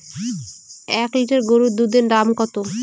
এক লিটার গরুর দুধের দাম কত?